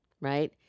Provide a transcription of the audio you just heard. Right